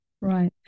Right